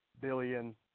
billion